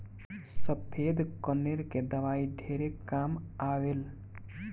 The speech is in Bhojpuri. सफ़ेद कनेर के दवाई ढेरे काम आवेल